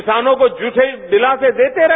किसानों को झूठे दिलासे देते रहे